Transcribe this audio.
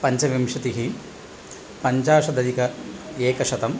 पञ्चविंशतिः पञ्चाशदधिकम् एकशतम्